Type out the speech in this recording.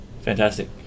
Fantastic